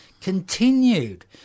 continued